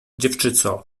dziewczyco